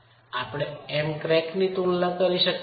આપણે Mcrack ની તુલના કરી શકતા નથી